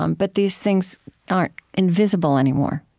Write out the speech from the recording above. um but these things aren't invisible anymore